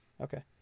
Okay